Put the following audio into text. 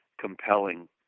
compelling